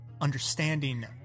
understanding